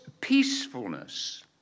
peacefulness